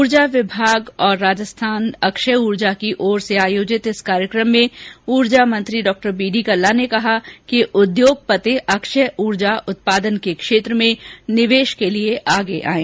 ऊर्जा विभाग और राजस्थान अक्षय ऊर्जा निगम की ओर से आयोजित इस कार्यक्रम में ऊर्जा मंत्री बीडी कल्ला ने कहा कि उद्योगपति अक्षय ऊर्जा उत्पादन के क्षेत्र में निवेश के लिये आगे आयें